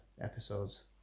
episodes